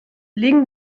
legen